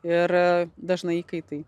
ir dažnai įkaitai